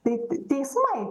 tai t teismai